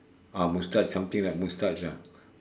ah moustache something like moustache ah